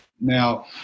now